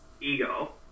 Ego